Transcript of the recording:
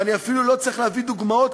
ואני אפילו לא צריך להביא דוגמאות,